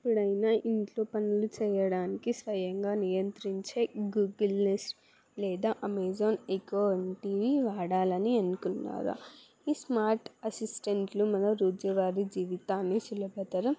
ఎప్పుడైనా ఇంట్లో పనులు చేయడానికి స్వయంగా నియంత్రించే గూగుల్ నెస్ట్ లేదా అమెజాన్ ఎకో వంటివి వాడాలని అనుకున్నా ఈ స్మార్ట్ అసిస్టెంట్లు మన రోజువారి జీవితాన్ని సులభతరం